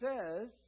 says